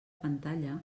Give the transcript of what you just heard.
pantalla